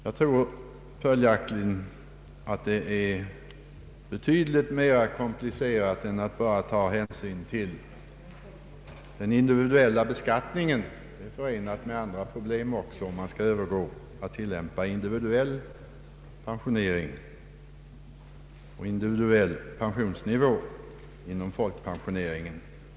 Det är följaktligen betydligt mera komplicerat än att bara ta hänsyn till den individuella beskattningen, och det är också förenat med andra problem att övergå till att tillämpa individuell pensionering och individuell pensionsnivå inom folkpensioneringen.